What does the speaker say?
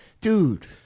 dude